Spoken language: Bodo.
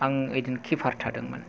आं ओइदिन किपार थादोंमोन